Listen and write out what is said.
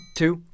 two